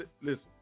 listen